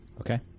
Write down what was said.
Okay